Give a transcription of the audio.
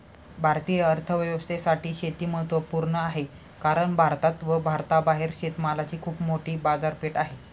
भारतीय अर्थव्यवस्थेसाठी शेती महत्वपूर्ण आहे कारण भारतात व भारताबाहेर शेतमालाची खूप मोठी बाजारपेठ आहे